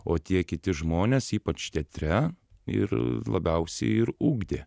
o tie kiti žmonės ypač teatre ir labiausiai ir ugdė